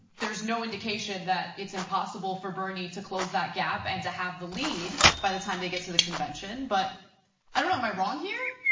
there's no indication that it's impossible for bernie to close that gap, and to have the lead by the time they get to the convention. but i don't know, am i wrong here?